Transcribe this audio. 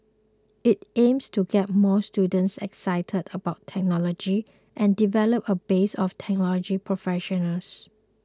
it aims to get more students excited about technology and develop a base of technology professionals